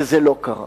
וזה לא קרה.